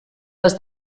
les